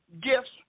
gifts